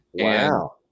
Wow